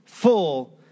Full